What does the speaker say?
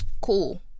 cool